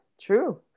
true